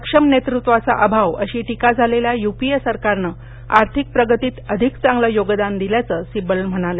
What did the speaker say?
सक्षम नेतृत्वाचा अभाव अशी टीका झालेल्या यूपीए सरकारनं आर्थिक प्रगतीत अधिक चांगलं योगदान दिल्याचं सिब्बल म्हणाले